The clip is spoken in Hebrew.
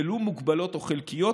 ולו מוגבלות או חלקיות,